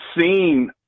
seen